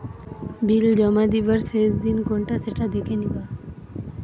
বিল জমা দিবার শেষ দিন কোনটা সেটা দেখে নিবা